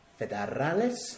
Federales